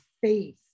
faith